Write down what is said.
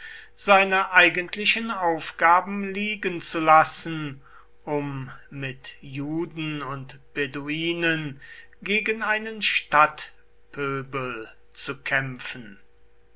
seine eigentlichen aufgaben liegen zu lassen um mit juden und beduinen gegen einen stadtpöbel zu kämpfen